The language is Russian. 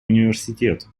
университет